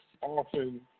often